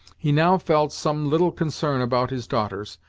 he now felt some little concern about his daughters,